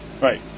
Right